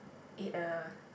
it a